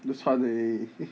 it was fun eh